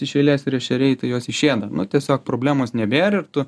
iš eilės ir ešeriai tai jos išėda nu tiesiog problemos nebėr ir tu